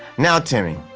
now, timmy,